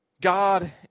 God